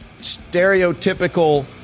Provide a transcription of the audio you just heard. stereotypical